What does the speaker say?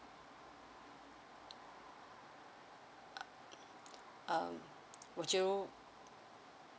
um would you